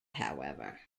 however